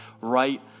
right